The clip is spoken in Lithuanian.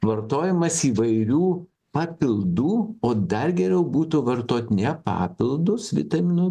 vartojimas įvairių papildų o dar geriau būtų vartot ne papildus vitaminų